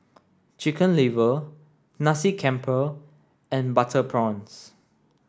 chicken liver Nasi Campur and butter prawns